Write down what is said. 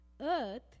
Earth